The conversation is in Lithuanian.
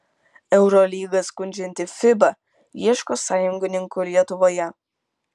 eurolygą skundžianti fiba ieško sąjungininkų lietuvoje